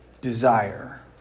desire